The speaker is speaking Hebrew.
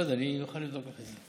אני לא יודע, אני יכול לבדוק לך את זה.